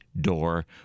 door